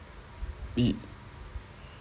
it